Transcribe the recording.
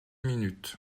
minute